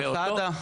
סעדה,